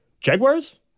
Jaguars